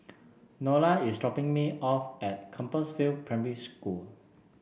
Nola is dropping me off at Compassvale Primary School